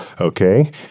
Okay